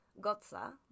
Gotza